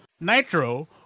Nitro